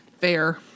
Fair